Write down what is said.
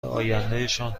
آیندهشان